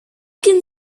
can